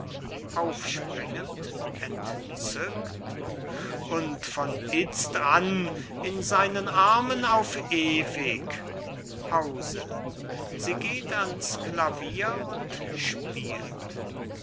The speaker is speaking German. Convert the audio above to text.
und von itzt an in seinen armen auf ewig pause sie geht an's klavier und spielt